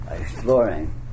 exploring